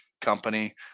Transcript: company